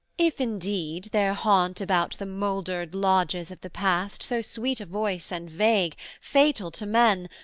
if indeed there haunt about the mouldered lodges of the past so sweet a voice and vague, fatal to men,